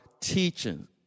teaching